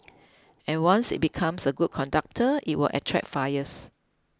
and once it becomes a good conductor it will attract fires